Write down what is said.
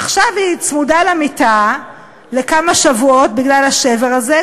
עכשיו היא צמודה למיטה לכמה שבועות בגלל השבר הזה,